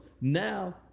now